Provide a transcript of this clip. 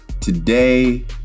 Today